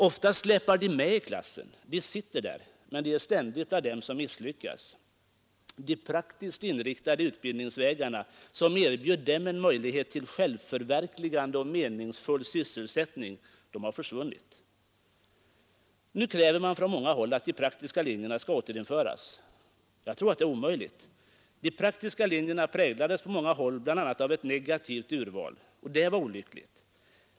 Oftast släpar de med i klassen, de sitter där men är ständigt med bland dem som misslyckas, De praktiskt inriktade utbildningsvägarna, som erbjöd dem en möjlighet till självförverkligande och meningsfull sysselsättning, har försvunnit. Nu kräver man från många håll att de praktiska linjerna skall återinföras. Jag tror att det är omöjligt. De praktiska linjerna präglades på många håll bl.a. av ett negativt urval, och det var olyckligt.